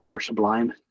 sublime